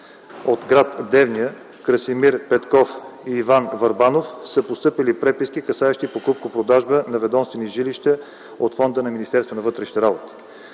от град Девня – Красимир Петков и Иван Върбанов, са постъпили преписки, касаещи покупко-продажбата на ведомствени жилища от фонда на Министерството на вътрешните работи.